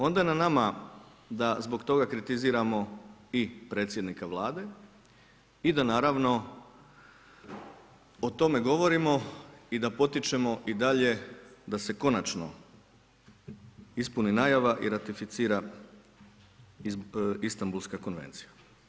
Onda na nama da zbog toga kritiziramo i predsjednika Vlade, i da naravno, o tome govorimo i da potičemo i dalje da se konačno ispuni najava i ratificira Istambulska konvencija.